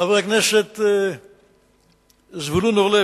חבר הכנסת זבולון אורלב,